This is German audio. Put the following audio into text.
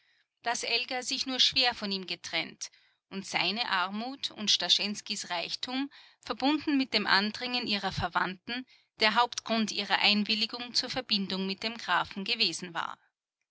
daß elga sich nur schwer von ihm getrennt und seine armut und starschenskys reichtum verbunden mit dem andringen ihrer verwandten der hauptgrund ihrer einwilligung zur verbindung mit dem grafen gewesen war